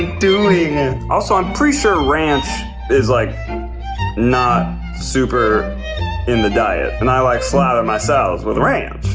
doing? ah also i'm pretty sure ranch is like not super in the diet and i like slather my salad with ranch.